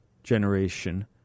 generation